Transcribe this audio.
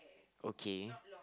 okay